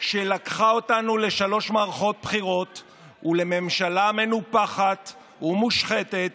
שלקחה אותנו לשלוש מערכות בחירות ולממשלה מנופחת ומושחתת,